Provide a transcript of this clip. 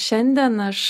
šiandien aš